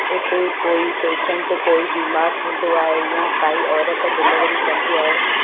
उते कोई पेशंट कोई बीमार थींदो आहे या काई औरत डिलेवरी कंदी आहे